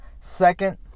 Second